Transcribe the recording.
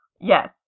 Yes